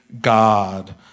God